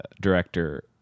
director